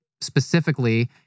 specifically